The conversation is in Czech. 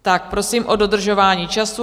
Tak prosím o dodržování času.